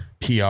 PR